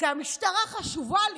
כי המשטרה חשובה לי.